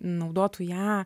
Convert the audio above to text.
naudotų ją